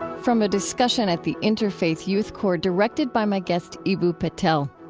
from a discussion at the interfaith youth core directed by my guest, eboo patel.